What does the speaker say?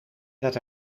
dat